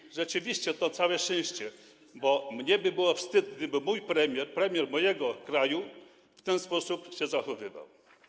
I rzeczywiście to całe szczęście, bo byłoby mi wstyd, gdyby mój premier, premier mojego kraju w ten sposób się zachowywał.